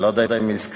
אני לא יודע אם הזכרת,